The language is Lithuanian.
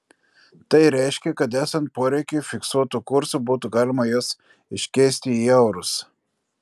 tai reiškia kad esant poreikiui fiksuotu kursu būtų galima juos iškeisti į eurus